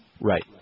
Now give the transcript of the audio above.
Right